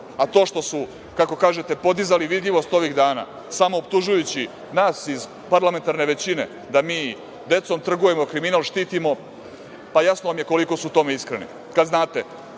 a to što su, kako kažete, podizali vidljivost ovih dana, samooptužujući nas ih parlamentarne većine da mi decom trgujemo, kriminal štitimo, pa jasno vam je koliko su iskreni kad znate